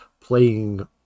playing